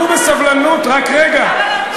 חכו בסבלנות, רק רגע.